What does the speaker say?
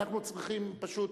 ואנחנו פשוט